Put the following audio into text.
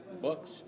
books